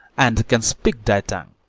and can speak thy tongue.